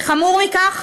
וחמור מכך,